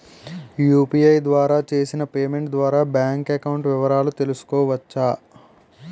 UPI ద్వారా చేసిన payment ద్వారా బ్యాంక్ అకౌంట్ వివరాలు తెలుసుకోవచ్చ?